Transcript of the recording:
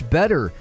better